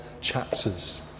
chapters